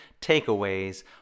takeaways